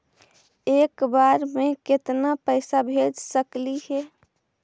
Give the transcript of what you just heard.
एक बार मे केतना पैसा भेज सकली हे?